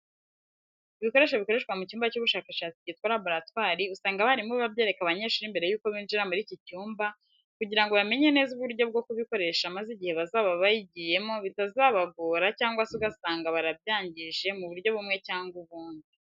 Ibikoresho bikoreshwa mu cyumba cy'ubushakashatsi cyitwa laboratwari, usanga abarimu babyereka abanyeshuri mbere yuko binjira muri iki cyumba kugira ngo bamenye neza uburyo bwo kubikoresha maze igihe bazaba bagiyeyo bitazabagora cyangwa se ugasanga barabyangije mu buryo bumwe cyangwa ubundi.